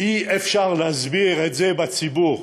אי-אפשר להסביר את זה בציבור,